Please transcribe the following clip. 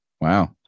Wow